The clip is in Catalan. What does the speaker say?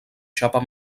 xapa